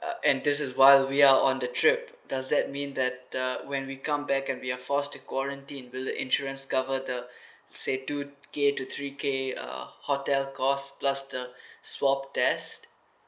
uh and this is while we are on the trip does that mean that uh when we come back and we're forced to quarantine will the insurance cover the say two K to three K uh hotel cost plus the swab test